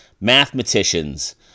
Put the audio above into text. mathematicians